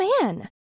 man